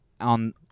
on